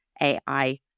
AI